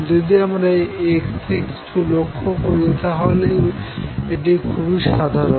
যদি আমরা x এ কিছু লক্ষ্য করি তাহলে এটি খুবই সাধারণ